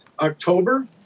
October